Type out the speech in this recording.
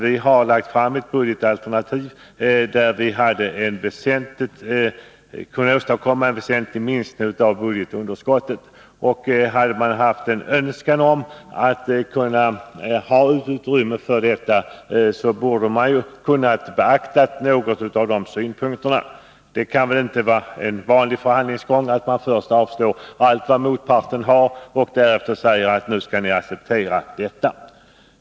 Vi har lagt fram ett budgetalternativ, som skulle kunna åstadkomma en väsentlig minskning av budgetunderskottet. Hade man haft en önskan att ha utrymme för ökade arbetsmarknadsutgifter borde något av våra förslag ha kunnat beaktas. Det kan inte vara en vanlig förhandlingsgång att man först avstyrker allt vad motparten har att föreslå och därefter säger: Acceptera nu det här.